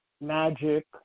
Magic